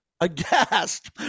aghast